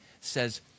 says